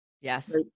Yes